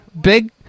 big